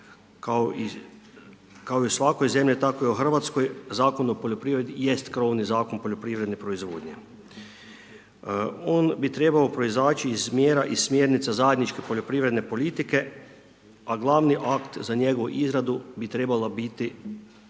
kao i u svakoj zemlji, tako i u RH, Zakon o poljoprivredi jest krovni Zakon poljoprivredne proizvodnje. On bi trebao proizaći iz mjera i smjernica zajedničke poljoprivredne politike, a glavni akt za njegovu izradu bi trebala biti